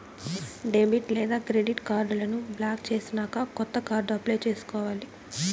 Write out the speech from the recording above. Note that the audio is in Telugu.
డెబిట్ లేదా క్రెడిట్ కార్డులను బ్లాక్ చేసినాక కొత్త కార్డు అప్లై చేసుకోవాలి